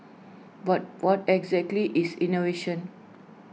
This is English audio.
but what exactly is innovation